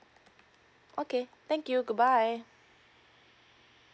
okay thank you goodbye